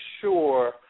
sure